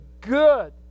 good